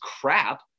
crap